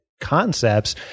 concepts